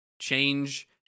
change